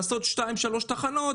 לעשות שתיים-שלוש תחנות,